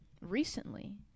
recently